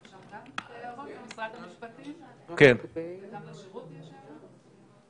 יש הערות למשרד המשפטים, וגם לשירות יש הערה.